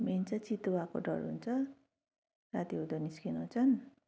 main चाहिँ चितुवाको डर हुन्छ राति हुँदो निस्कन चाहिँ